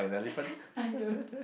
I don't